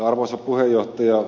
arvoisa puheenjohtaja